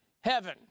heaven